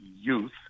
youth